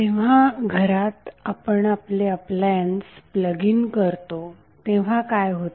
जेव्हा घरात आपण आपले अप्लायन्स प्लग इन करतो तेव्हा काय होते